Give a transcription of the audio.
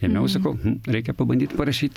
ėmiau sakau hm reikia pabandyt parašyt